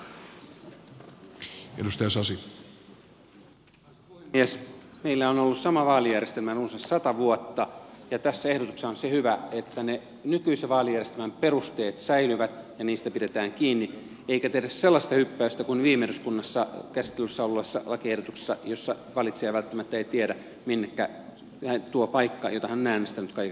meillä on ollut sama vaalijärjestelmä jo runsas sata vuotta ja tässä ehdotuksessa on se hyvä että ne nykyisen vaalijärjestelmän perusteet säilyvät ja niistä pidetään kiinni eikä tehdä sellaista hyppäystä kuin viime eduskunnassa käsittelyssä olleessa lakiehdotuksessa jossa valitsija välttämättä ei tiedä minnekä tuo paikka jota hän on äänestänyt kaiken kaikkiaan menee